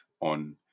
on